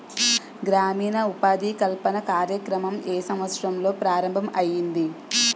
గ్రామీణ ఉపాధి కల్పన కార్యక్రమం ఏ సంవత్సరంలో ప్రారంభం ఐయ్యింది?